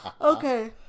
Okay